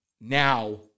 now